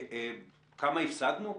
כמה הפסדנו?